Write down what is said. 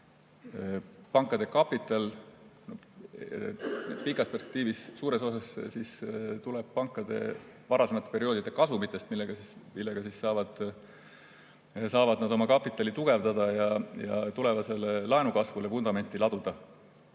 Pankade kapital pikas perspektiivis suures osas tuleb pankade varasemate perioodide kasumitest, millega nad saavad oma kapitali tugevdada ja tulevasele laenukasvule vundamenti laduda.